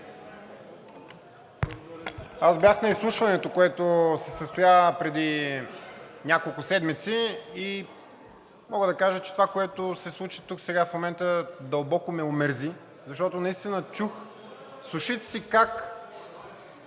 Аз бях на изслушването, което се състоя преди няколко седмици, и мога да кажа, че това, което се случи тук в момента, дълбоко ме омерзи, защото наистина чух с ушите си как